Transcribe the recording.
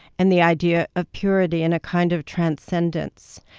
and the idea of purity and a kind of transcendence.